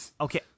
okay